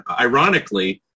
Ironically